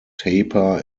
taper